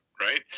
right